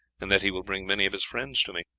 and that he will bring many of his friends to me.